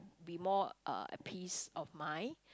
be more uh at peace of mind